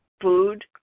food